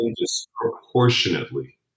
disproportionately